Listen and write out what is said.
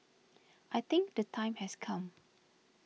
I think the time has come